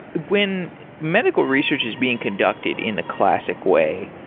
when medical research is being conducted in the classic way,